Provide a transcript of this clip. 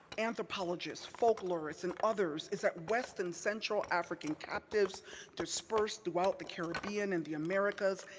anthropologists, folklorists and others, is that west and central african captives dispersed throughout the caribbean and the americas,